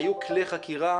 היו כלי חקירה,